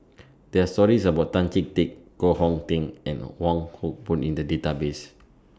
There Are stories about Tan Chee Teck Koh Hong Teng and Wong Hock Boon in The Database